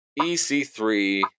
EC3